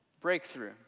breakthrough